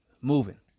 Moving